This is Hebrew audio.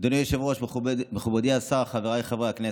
אדוני היושב-ראש, מכובדי השר, חבריי חברי הכנסת,